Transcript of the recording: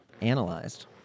analyzed